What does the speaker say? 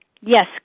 Yes